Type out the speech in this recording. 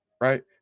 Right